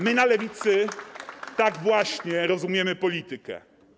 My w Lewicy tak właśnie rozumiemy politykę.